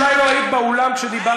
אולי לא היית באולם כשדיברתי,